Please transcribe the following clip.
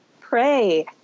Pray